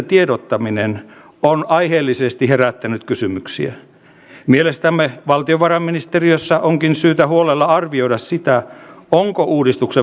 työ on aiheellisesti herättänyt kysymyksiä mielestämme valtiovarainministeriössä parasta kotoutumista niin turvapaikanhakijoille kuin muillekin maahanmuuttajille